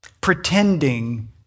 pretending